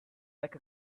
like